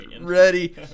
ready